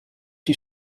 die